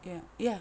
ya ya